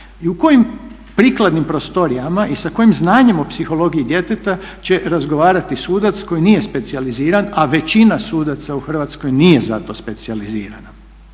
i u kojim prikladnim prostorijama i sa kojim znanjem o psihologiji djeteta će razgovarati sudac koji nije specijaliziran, a većina sudaca u Hrvatskoj nije za to specijalizirana.